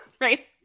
Right